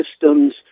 systems